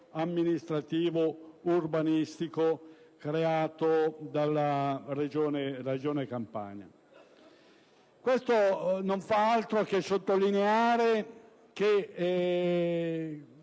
amministrativo e urbanistico creato dalla Regione Campania. Ciò non fa altro che evidenziare come